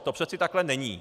To přece takhle není.